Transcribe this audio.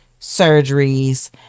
surgeries